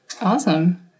Awesome